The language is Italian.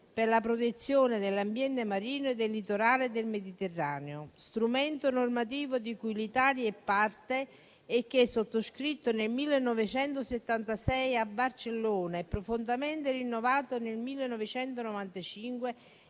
per la protezione dell'ambiente marino e del litorale del Mediterraneo, strumento normativo di cui l'Italia è parte e che è stato sottoscritto nel 1976 a Barcellona e profondamente rinnovato nel 1995.